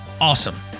Awesome